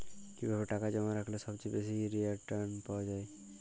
কিভাবে টাকা জমা রাখলে সবচেয়ে বেশি রির্টান পাওয়া য়ায়?